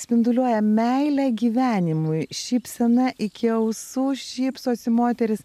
spinduliuoja meilę gyvenimui šypsena iki ausų šypsosi moteris